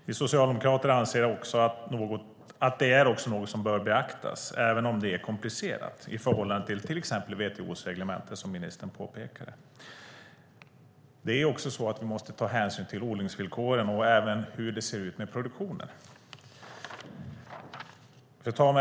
Vi socialdemokrater anser att det också är något som bör beaktas, även om det är komplicerat i förhållande till exempelvis WTO:s reglemente, som ministern påpekade. Det är också så att vi måste ta hänsyn till odlingsvillkoren och även hur det ser ut med produktionen. Fru talman!